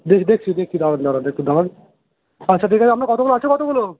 দেখছি দেখছি দেখছি দাঁড়ান দাঁড়ান একটু দাঁড়ান আচ্ছা ঠিক আছে আপনার কতগুলো আছে কতগুলো